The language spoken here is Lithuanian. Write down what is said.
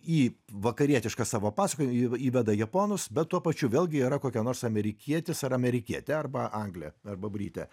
į vakarietišką savo pasakojimą įveda japonus bet tuo pačiu vėlgi yra kokie nors amerikietis ar amerikietė arba anglė arba britė